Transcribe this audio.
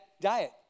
diet